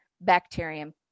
bacterium